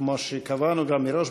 כמו שקבענו גם מראש,